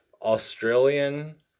Australian